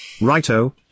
Righto